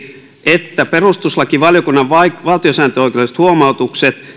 että perustuslakivaliokunnan valtiosääntöoikeudelliset huomautukset